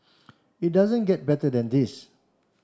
it doesn't get better than this